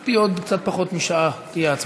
להערכתי עוד קצת פחות משעה תהיה הצבעה.